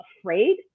afraid